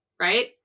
Right